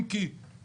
אם כי תת-גוף,